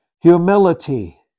Humility